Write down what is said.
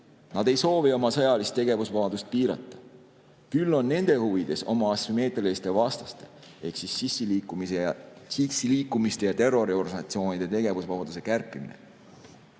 Nad ei soovi oma sõjalist tegevusvabadust piirata. Küll on nende huvides oma asümmeetriliste vastaste ehk sissiliikumiste ja terroriorganisatsioonide tegevusvabaduse kärpimine.